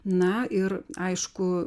na ir aišku